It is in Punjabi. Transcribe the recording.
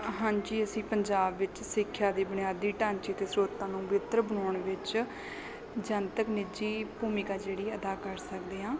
ਹਾਂਜੀ ਅਸੀਂ ਪੰਜਾਬ ਵਿੱਚ ਸਿੱਖਿਆ ਦੇ ਬੁਨਿਆਦੀ ਢਾਂਚੇ ਅਤੇ ਸਰੋਤਾਂ ਨੂੰ ਬਿਹਤਰ ਬਣਾਉਣ ਵਿੱਚ ਜਨਤਕ ਨਿੱਜੀ ਭੂਮਿਕਾ ਜਿਹੜੀ ਅਦਾ ਕਰ ਸਕਦੇ ਹਾਂ